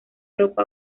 ropa